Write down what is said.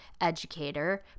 educator